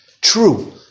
True